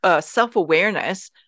self-awareness